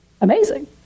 Amazing